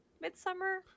Midsummer